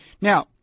Now